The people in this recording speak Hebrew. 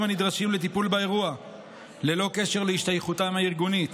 הנדרשים לטיפול באירוע ללא קשר להשתייכותם הארגונית,